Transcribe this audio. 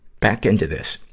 back into this.